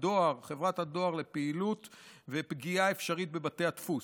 חברת הדואר לפעילות ופגיעה אפשרית בבתי הדפוס.